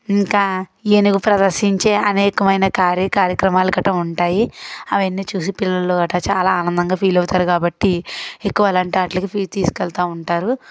ఇంకా ఏనుగు ప్రదర్శించే అనేకమైన కార్య కార్యక్రమాలు గట్రా ఉంటాయి అవన్నీ చూసి పిల్లలు అట్టా చాలా ఆనందంగా ఫీల్ అవుతారు కాబట్టి ఎక్కువ అలాంటి ఆట్లకి తీసుకెళ్తా ఉంటారు